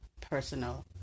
personal